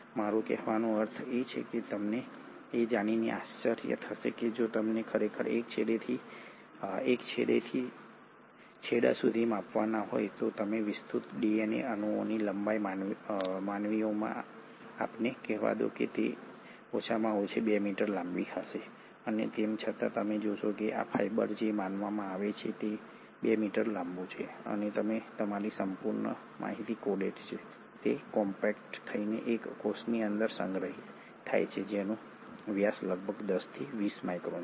મારો કહેવાનો અર્થ એ છે કે તમને એ જાણીને આશ્ચર્ય થશે કે જો તમે ખરેખર એક છેડેથી છેડા સુધી માપવાના હો તો વિસ્તૃત ડીએનએ અણુઓની લંબાઈ માનવીઓમાં આપણને કહેવા દો તે ઓછામાં ઓછી 2 મીટર લાંબી હશે અને તેમ છતાં તમે જોશો કે આ ફાઇબર જે માનવામાં આવે છે કે 2 મીટર લાંબુ છે અને તેમાં તમારી સંપૂર્ણ માહિતી કોડેડ છે તે કોમ્પેક્ટ થઈને એક કોષની અંદર સંગ્રહિત થાય છે જેનો વ્યાસ લગભગ 10 થી 20 માઇક્રોન છે